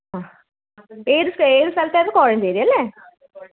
ആ ഏത് ഏത് സ്ഥലത്തായിരുന്നു കോഴഞ്ചേരി അല്ലേ